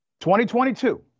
2022